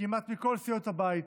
כמעט מכל סיעות הבית,